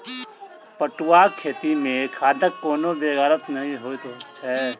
पटुआक खेती मे खादक कोनो बेगरता नहि जोइत छै